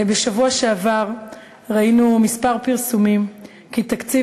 בשבוע שעבר ראינו כמה פרסומים כי תקציב